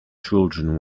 children